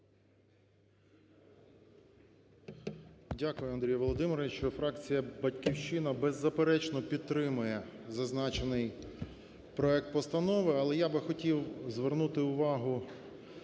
Дякую, Андрій Володимирович. Фракція "Батьківщина" беззаперечно підтримує зазначений проект постанови. Але я би хотів звернути увагу